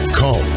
call